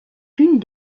une